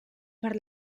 per